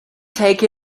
take